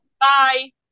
Bye